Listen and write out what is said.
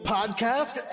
Podcast